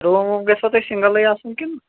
room ووٗم گژھوٕ تۄہہِ سِنٛگَلٕے آسُن کِنہٕ